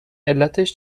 علتش